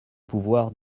pouvoir